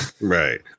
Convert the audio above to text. Right